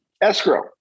Escrow